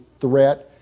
threat